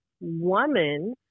woman